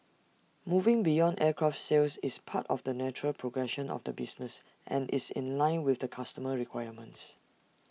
moving beyond aircraft sales is part of the natural progression of the business and is in line with customer requirements